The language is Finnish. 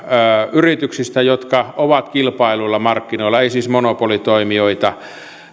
yrityksistä jotka ovat kilpailluilla markkinoilla eivät siis monopolitoimijoita